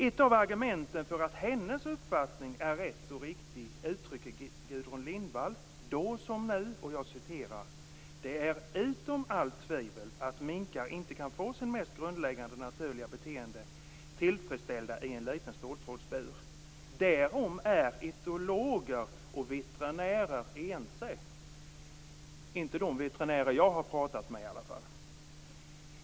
Ett av argumenten för att hennes uppfattning är rätt och riktig uttrycker Gudrun Lindvall, då som nu, att det "är utom allt tvivel att minkar inte kan få sina mest grundläggande naturliga beteenden tillfredsställda i en liten ståltrådsbur. Därom är etologer och veterinärer ense." Inte de veterinärer jag har pratat med.